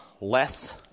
less